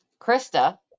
Krista